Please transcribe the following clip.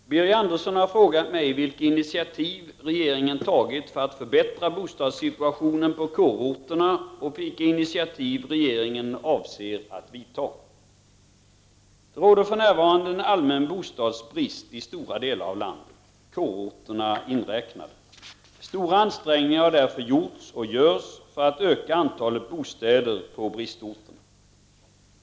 Herr talman! Birger Andersson har frågat mig vilka initiativ som regeringen tagit för att förbättra bostadssituationen på kårorterna och vilka initiativ regeringen avser att vidta. Det råder för närvarande en allmän bostadsbrist i stora delar av landet — kårorterna inräknade. Stora ansträngningar har därför gjorts och görs för att öka antalet bostäder på bristorterna.